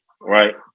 Right